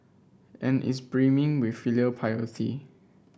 and is brimming with filial piety